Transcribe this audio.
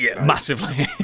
massively